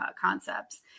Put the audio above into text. concepts